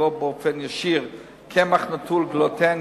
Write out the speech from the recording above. מתקציבו באופן ישיר קמח נטול גלוטן,